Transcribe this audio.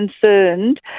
concerned